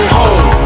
home